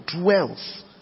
dwells